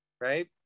right